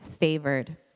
Favored